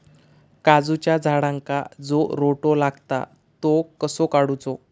काजूच्या झाडांका जो रोटो लागता तो कसो काडुचो?